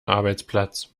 arbeitsplatz